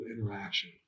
interaction